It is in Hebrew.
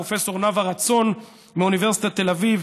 פרופ' נאוה רצון מאוניברסיטת תל אביב,